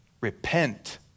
Repent